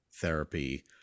therapy